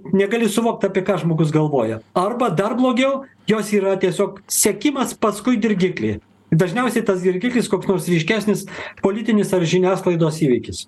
negali suvokt apie ką žmogus galvoja arba dar blogiau jos yra tiesiog sekimas paskui dirgiklį dažniausiai tas dirgiklis koks nors ryškesnis politinis ar žiniasklaidos įvykis